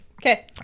Okay